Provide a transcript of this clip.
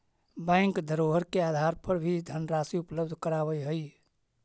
bank धरोहर के आधार पर भी धनराशि उपलब्ध करावऽ हइ